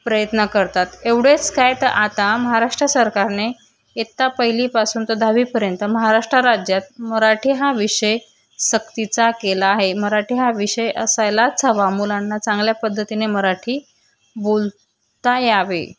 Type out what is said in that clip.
प्रयत्न करतात एवढेच काय तं आता महाराष्ट्र सरकारने एता पहिलीपासून तर दहावीपर्यंत महाराष्ट्र राज्यात मराठी हा विषय सक्तीचा केला आहे मराठी हा विषय असायलाच हवा मुलांना चांगल्या पद्धतीने मराठी बोलता यावे